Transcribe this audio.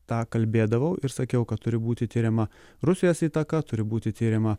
tą kalbėdavau ir sakiau kad turi būti tiriama rusijos įtaką turi būti tiriama